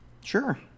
Sure